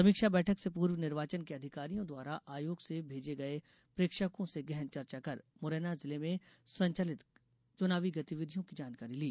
समीक्षा बैठक से पूर्व निर्वाचन के अधिकारियों द्वारा आयोग से मेजे गये प्रेक्षकों से गहन चर्चा कर मुरैना जिले में संचालित चुनावी गतिविधियों की जानकारी ली